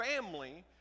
family